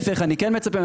להיפך, אני כן מצפה ממנו.